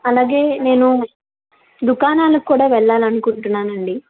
అలాగే నేను దుకాణాలకి కూడా వెళ్ళాలని అనుకుంటున్నానండి